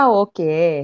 okay